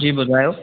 जी ॿुधायो